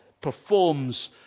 performs